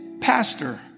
pastor